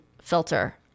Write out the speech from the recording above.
filter